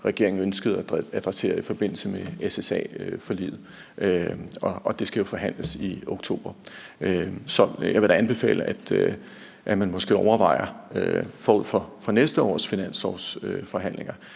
regeringen ønskede at adressere i forbindelse med SSA-forliget, og det skal jo forhandles i oktober. Så jeg vil da anbefale, at man forud for næste års finanslovsforhandlinger